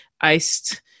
iced